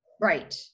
Right